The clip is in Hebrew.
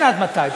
אין עד מתי.